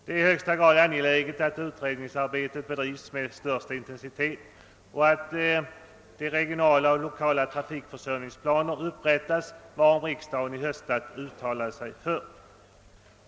Det är i högsta grad angeläget att ut redningsarbetet bedrivs med största intensitet och att de regionala och lokala trafikförsörjningsplaner upprättas som riksdagen i höstas uttalade sig för.